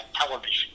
television